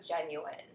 genuine